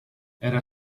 era